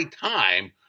time